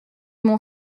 mon